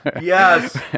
yes